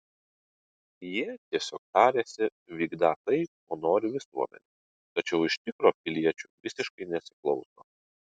jie tiesiog tariasi vykdą tai ko nori visuomenė tačiau iš tikro piliečių visiškai nesiklauso